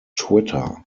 twitter